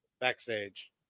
backstage